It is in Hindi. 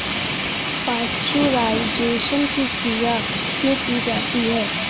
पाश्चुराइजेशन की क्रिया क्यों की जाती है?